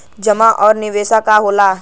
जमा और निवेश का होला?